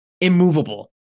immovable